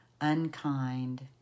unkind